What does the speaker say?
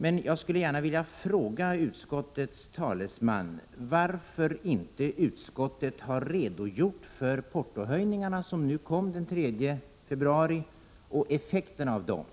Jag skulle emellertid gärna vilja fråga utskottets talesman varför utskottet inte har redogjort för de portohöjningar som genomfördes den 3 februari och effekterna av dem.